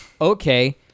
Okay